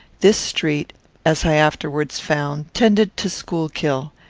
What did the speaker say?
this street as i afterwards found, tended to schuylkill,